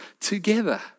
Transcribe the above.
together